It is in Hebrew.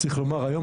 צריך לומר: היום,